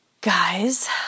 guys